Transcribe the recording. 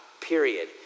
period